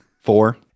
four